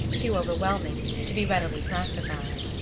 too overwhelming, to be readily classified.